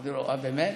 אמרתי לו: אהה, באמת.